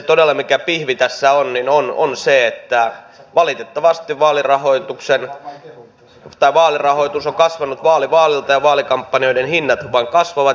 todella se pihvi joka tässä on on se että valitettavasti vaalirahoitus on kasvanut vaali vaalilta ja vaalikampanjoiden hinnat vain kasvavat